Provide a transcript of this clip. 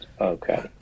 Okay